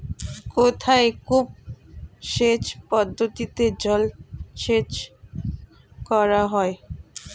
কোথায় কূপ সেচ পদ্ধতিতে জলসেচ করা হয়?